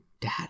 dad